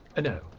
no,